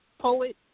Poet